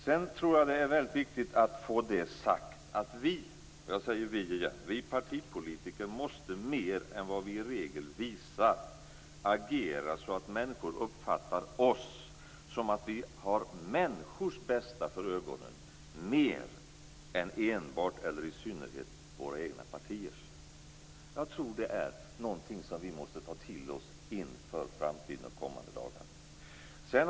Jag tror att det är viktigt att få sagt att vi partipolitiker måste, mer än vad vi i regel visar, agera så att människor uppfattar det som att vi har människors bästa för ögonen mer än enbart eller i synnherhet våra egna partiers. Jag tror att det är något vi måste ta till oss inför framtiden och kommande lagar.